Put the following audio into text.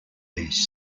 these